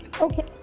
okay